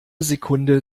sekunde